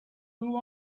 who